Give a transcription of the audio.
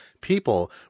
people